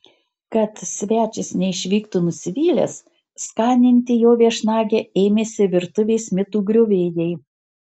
kad svečias neišvyktų nusivylęs skaninti jo viešnagę ėmėsi virtuvės mitų griovėjai